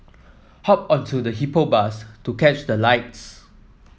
hop onto the Hippo Bus to catch the lights